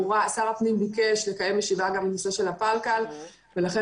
שר הפנים ביקש לקיים ישיבה גם בנושא הפלקל ולכן